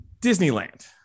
Disneyland